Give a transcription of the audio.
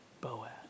Boaz